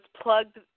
plugged